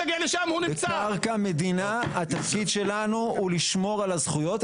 בקרקע מדינה, התפקיד שלנו הוא לשמור על הזכויות.